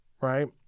right